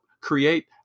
create